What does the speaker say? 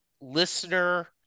listener-